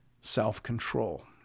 self-control